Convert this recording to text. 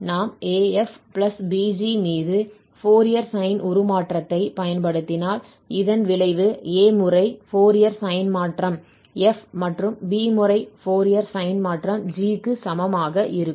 நாம் af bg மீது Fourier sine உருமாற்றத்தைப் பயன்படுத்தினால் இதன் விளைவு a முறை ஃபோரியர் சைன் மாற்றம் f மற்றும் b முறை ஃபோரியர் சைன் மாற்றம் g க்கு சமமாக இருக்கும்